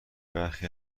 برخی